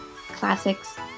classics